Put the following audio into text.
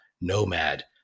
nomad